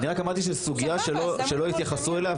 אני רק אמרתי שזו סוגיה שלא התייחסו אליה,